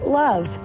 love